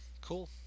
Cool